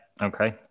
okay